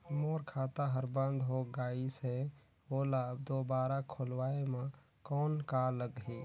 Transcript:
मोर खाता हर बंद हो गाईस है ओला दुबारा खोलवाय म कौन का लगही?